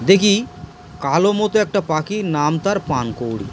দেখি কালো মতো একটা পাখির নাম তার পানকৌড়ি